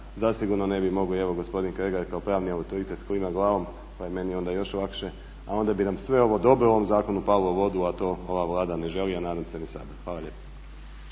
zasigurno ne bi mogli, evo gospodin Kregar kao pravni autoritet klima glavom, pa je meni onda još lakše, a onda bi nam sve dobro u ovom zakonu palo u vodu, a to ova Vlada ne želi, a nadam se ni sada. Hvala lijepo.